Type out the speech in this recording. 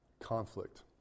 conflict